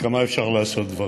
וכמה אפשר לעשות דברים.